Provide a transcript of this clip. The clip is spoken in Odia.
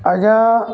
ଆଜ୍ଞା